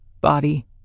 body